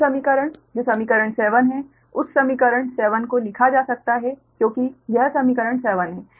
यह समीकरण जो समीकरण 7 है उस समीकरण 7 को लिखा जा सकता है क्योंकि यह समीकरण 7 है